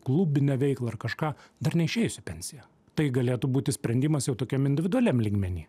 klubinę veiklą ar kažką dar neišįjus į pensiją tai galėtų būti sprendimas jau tokiam individualiam lygmeny